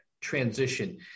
transition